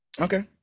Okay